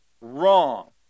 Wrong